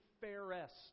fairest